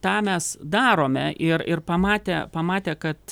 tą mes darome ir ir pamatę pamatę kad